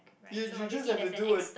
you you just have to do a